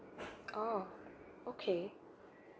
oh okay